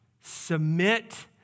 submit